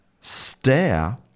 stare